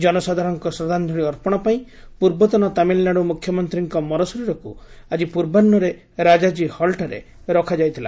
ଜନସାଧାରଣଙ୍କ ଶ୍ରଦ୍ଧାଞ୍ଚଳି ଅର୍ପଣ ପାଇଁ ପୂର୍ବତନ ତାମିଲ୍ନାଡୁ ମୁଖ୍ୟମନ୍ତ୍ରୀଙ୍କ ମରଶରୀରକୁ ଆଜି ପୂର୍ବାହୁରେ ରାଜାଜୀ ହଲ୍ଠାରେ ରଖାଯାଇଥିଲା